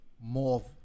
more